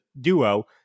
duo